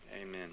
Amen